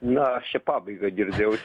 na aš čia pabaigą girdėjau